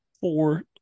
Four